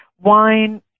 wine